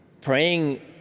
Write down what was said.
praying